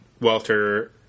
Walter